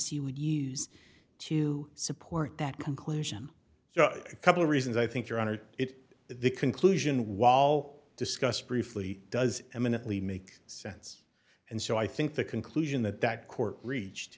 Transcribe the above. you would use to support that conclusion so a couple of reasons i think your honor it the conclusion wall discussed briefly does eminently make sense and so i think the conclusion that that court reached